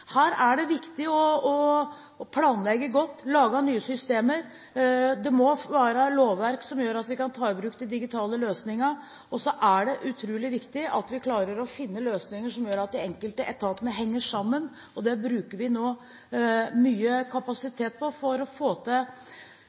Her er det viktig å planlegge godt og lage nye systemer. Det må være lovverk som gjør at vi kan ta i bruk de digitale løsningene, og det er utrolig viktig at vi klarer å finne løsninger som gjør at de enkelte etatene henger sammen. Vi bruker nå mye kapasitet på å få til